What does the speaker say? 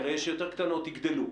כלומר הרי יש יותר קטנות והן יגדלו.